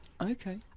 Okay